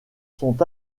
sont